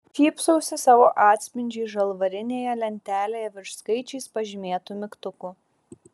šypsausi savo atspindžiui žalvarinėje lentelėje virš skaičiais pažymėtų mygtukų